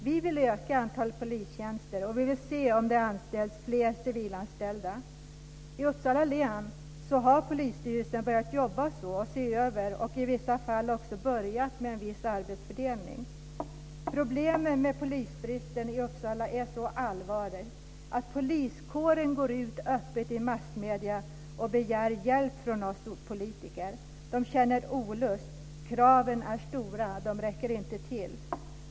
Vi vill öka antalet polistjänster, och vi vill se att det anställs fler civilanställda. I Uppsala län har polisstyrelsen börjat jobba så. Man ser över detta och har i vissa fall också börjat med en viss arbetsfördelning. Problemen med polisbristen i Uppsala är så allvarliga att poliskåren går ut öppet i massmedierna och begär hjälp från oss politiker. Man känner olust. Kraven är stora. Man räcker inte till.